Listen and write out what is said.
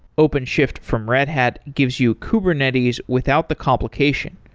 openshift from red hat gives you kubernetes without the complication.